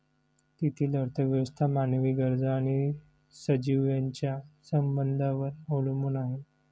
तेथील अर्थव्यवस्था मानवी गरजा आणि सजीव यांच्या संबंधांवर अवलंबून आहे